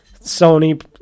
Sony